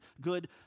good